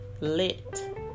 lit